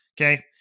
Okay